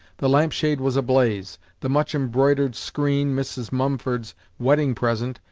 the lamp-shade was ablaze the much-embroidered screen, mrs. mumford's wedding present,